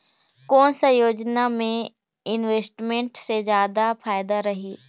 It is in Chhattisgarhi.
कोन सा योजना मे इन्वेस्टमेंट से जादा फायदा रही?